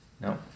No